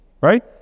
right